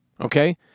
okay